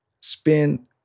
Spend